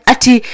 Ati